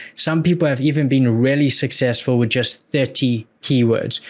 some people have even been really successful with just thirty keywords,